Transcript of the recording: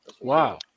Wow